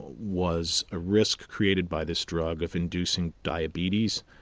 was a risk created by this drug of inducing diabetes,